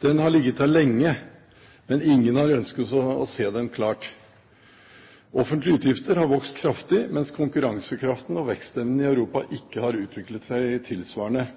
Den har ligget der lenge, men ingen har ønsket å se den klart. Offentlige utgifter har vokst kraftig, mens konkurransekraften og vekstevnen i Europa ikke har utviklet seg tilsvarende.